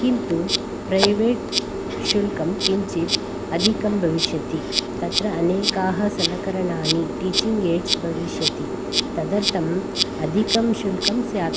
किन्तु प्रैवेट् शुल्कं किञ्चित् अधिकं भविष्यति तत्र अनेकाः सलकरणानि टीचिङ्ग् एड्स् भविष्यति तदर्थम् अधिकं शुल्कं स्यात्